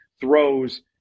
throws